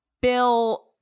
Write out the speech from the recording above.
Bill